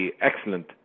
excellent